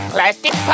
Plastic